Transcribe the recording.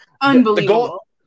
unbelievable